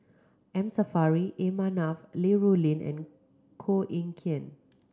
M Saffri A Manaf Li Rulin and Koh Eng Kian